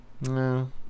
No